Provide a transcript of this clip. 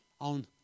on